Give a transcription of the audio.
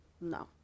No